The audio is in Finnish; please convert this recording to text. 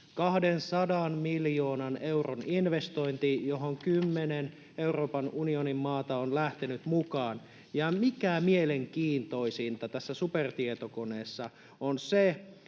200 miljoonan euron investointi, johon kymmenen Euroopan unionin maata on lähtenyt mukaan. Ja mitä mielenkiintoisinta tässä supertietokoneessa on se,